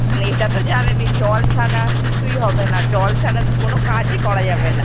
মানে এইটা তো জানেনই জল ছাড়া কিছুই হবে না জল ছাড়া তো কোনো কাজই করা যাবে না